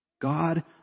God